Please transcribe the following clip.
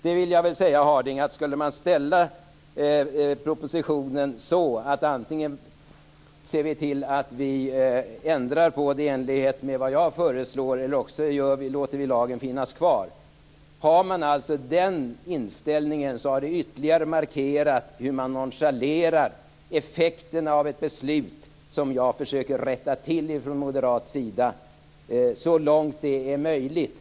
Det vill jag säga till Bengt Harding Olson: Man kan alltså ställa propositionen så att vi antingen ändrar i enlighet med vad jag föreslår eller också låter lagen finnas kvar. Har man den inställningen markerar det ytterligare hur man nonchalerar effekten av ett beslut som jag från moderat sida försöker rätta till så långt det är möjligt.